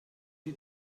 sie